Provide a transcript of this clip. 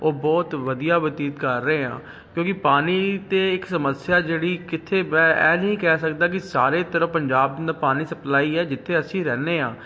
ਉਹ ਬਹੁਤ ਵਧੀਆ ਬਤੀਤ ਕਰ ਰਹੇ ਹਾਂ ਕਿਉਂਕਿ ਪਾਣੀ ਤਾਂ ਇੱਕ ਸਮੱਸਿਆ ਜਿਹੜੀ ਕਿੱਥੇ ਇਹ ਨਹੀਂ ਕਹਿ ਸਕਦਾ ਕਿ ਸਾਰੇ ਤਰਫ ਪੰਜਾਬ ਨ ਪਾਣੀ ਸਪਲਾਈ ਹੈ ਜਿੱਥੇ ਅਸੀਂ ਰਹਿੰਦੇ ਹਾਂ